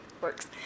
Works